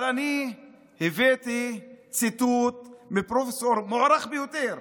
אבל אני הבאתי ציטוט מפרופסור מוערך ביותר.